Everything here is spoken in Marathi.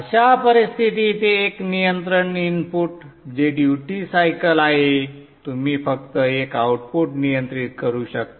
अशा परिस्थितीत एक नियंत्रण इनपुट जे ड्यूटी सायकल आहे तुम्ही फक्त एक आउटपुट नियंत्रित करू शकता